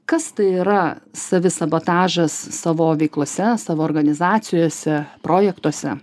kas tai yra savisabotažas savo veiklose savo organizacijose projektuose